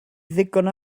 ddigon